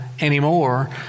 anymore